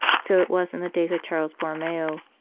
so was in the days of charles borromeo,